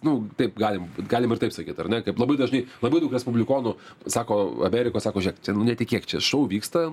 nu taip galim galim ir taip sakyt ar ne kaip labai dažnai labai daug respublikonų sako amerikos sako žiūrėk čia netikėk čia šou vyksta